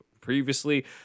previously